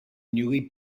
newly